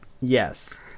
Yes